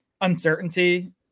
uncertainty